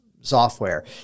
software